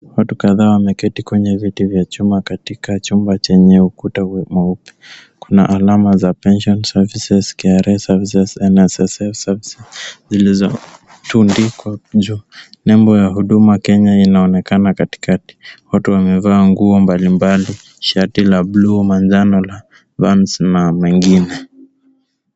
Watu kadhaa wameketi kwenye viti vya chuma akatika chumba chenye ukuta mweupe. Kuna alama za pension services, KRA services, NSSF services zilizotundikwa juu. Nembo ya Huduma Kenya inaonekana juu katikati. Watu wamevaa nguo mbali mbali, shati la buluu, manjano na mavazi mengine.